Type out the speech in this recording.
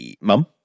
mum